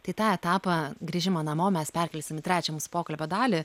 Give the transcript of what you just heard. tai tą etapą grįžimą namo mes perkelsim į trečią mūsų pokalbio dalį